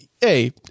hey